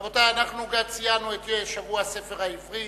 רבותי, סיימנו את שבוע הספר העברי